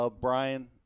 Brian